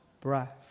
breath